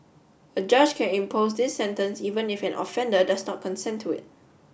a judge can impose this sentence even if an offender does not consent to it